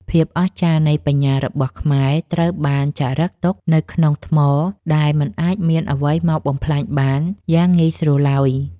ភាពអស្ចារ្យនៃបញ្ញារបស់ខ្មែរត្រូវបានចារឹកទុកនៅក្នុងថ្មដែលមិនអាចមានអ្វីមកបំផ្លាញបានយ៉ាងងាយស្រួលឡើយ។